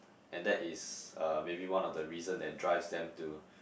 and that is uh maybe one of the reason that drives them to